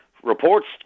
Reports